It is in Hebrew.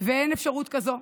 ואין אפשרות כזאת,